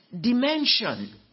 dimension